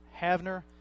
Havner